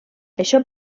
això